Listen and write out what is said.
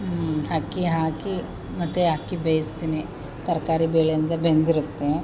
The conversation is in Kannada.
ಅಕ್ಕಿ ಹಾಕಿ ಮತ್ತೆ ಅಕ್ಕಿ ಬೇಯಿಸ್ತೀನಿ ತರಕಾರಿ ಬೇಳೆ ಅಂದರೆ ಬೆಂದಿರುತ್ತೆ